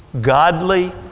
godly